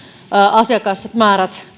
asiakasmäärien